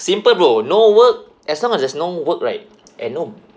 simple bro no work as long as there's no work right and no